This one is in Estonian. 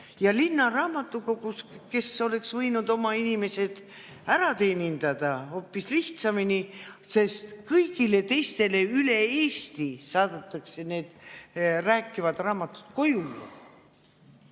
ja linnaraamatukogus, kes oleks võinud oma inimesed ära teenindada hoopis lihtsamini, sest üle Eesti saadetakse need rääkivad raamatud ju